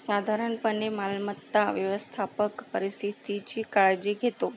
साधारणपणे मालमत्ता व्यवस्थापक परिस्थितीची काळजी घेतो